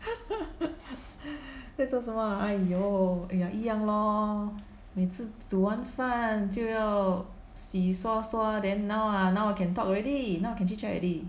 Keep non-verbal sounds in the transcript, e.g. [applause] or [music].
[laughs] 在做什么 !aiyo! !aiya! 一样 lor 每次煮完饭就要洗刷刷 then now ah now I can talk already now can chit chat already